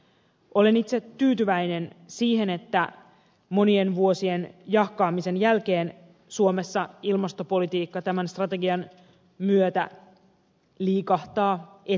olen itse tyytyväinen siihen että monien vuosien jahkaamisen jälkeen suomessa ilmastopolitiikka tämän strategian myötä liikahtaa eteenpäin